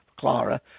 Clara